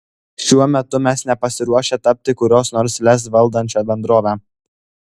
šiuo metu mes nepasiruošę tapti kurios nors lez valdančia bendrove